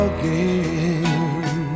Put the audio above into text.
Again